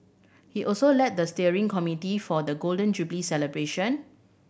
he also led the steering committee for the Golden Jubilee celebration